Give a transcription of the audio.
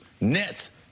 Nets